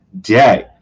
day